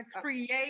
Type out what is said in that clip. create